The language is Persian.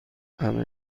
همه